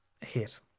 hit